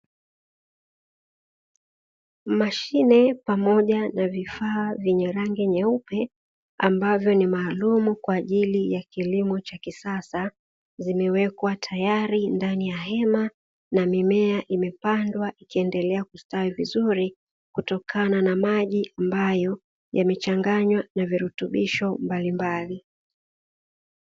Mashine pamoja na vifaa vyenye rangi nyeupe ambavyo ni maalumu kwa ajili ya kilimo cha kisasa zimewekwa tayari ndani ya hema na mimea imepandwa ikiendelea kustawi vizuri kutokana na maji ambayo yamechanganywa na virutubisho mbalimbali.